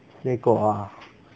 水果啊